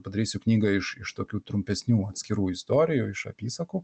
padarysiu knygą iš iš tokių trumpesnių atskirų istorijų iš apysakų